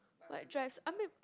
like drives I mean